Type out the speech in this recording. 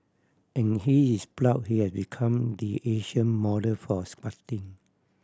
and he is proud he has become the Asian model for squatting